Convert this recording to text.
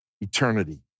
eternity